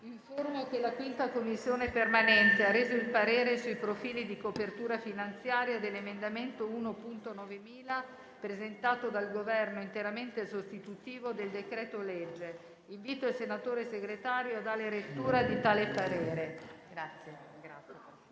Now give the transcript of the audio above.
Informo che la 5a Commissione permanente ha reso il parere sui profili di copertura finanziaria dell'emendamento 1.9000, presentato dal Governo, interamente sostitutivo del decreto-legge. Invito il senatore Segretario a dare lettura di tale parere.